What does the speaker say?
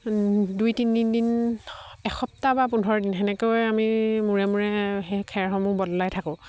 দুই তিনিদিন দিন এসপ্তাহ বা পোন্ধৰ দিন তেনেকৈ আমি মূৰে মূৰে সেই খেৰসমূহ বদলাই থাকোঁ